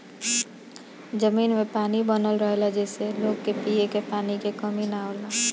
जमीन में पानी बनल रहेला जेसे लोग के पिए के पानी के कमी ना होला